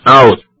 out